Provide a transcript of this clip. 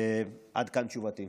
עד כאן תשובתי.